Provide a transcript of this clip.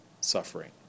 suffering